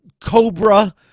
Cobra